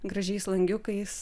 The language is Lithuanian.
gražiais langiukais